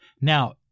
Now